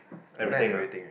everything ah